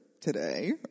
today